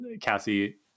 Cassie